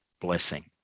blessing